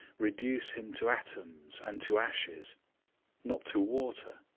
reduce him to atoms, and to ashes not to water,